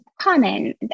common